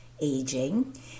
aging